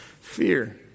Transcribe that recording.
fear